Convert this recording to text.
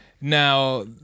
Now